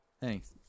Thanks